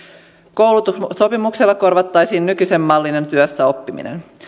koulutussopimuksella korvattaisiin nykyisen mallinen työssäoppiminen